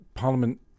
Parliament